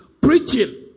Preaching